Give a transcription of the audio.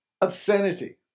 obscenity